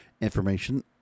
information